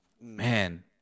man